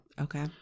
Okay